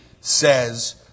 says